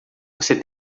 você